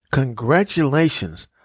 Congratulations